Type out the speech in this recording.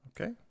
Okay